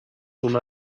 una